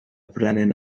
brenin